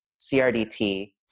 CRDT